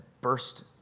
burst